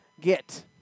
get